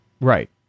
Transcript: Right